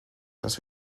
dass